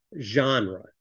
genre